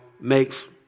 makes